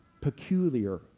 peculiar